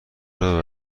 رابه